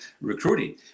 recruiting